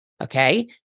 okay